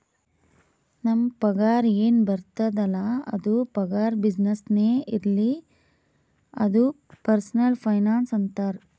ನಮ್ ಆದಾಯ ಎನ್ ಬರ್ತುದ್ ಅಲ್ಲ ಅದು ಪಗಾರ, ಬಿಸಿನ್ನೆಸ್ನೇ ಇರ್ಲಿ ಅದು ಪರ್ಸನಲ್ ಫೈನಾನ್ಸ್ ಅಂತಾರ್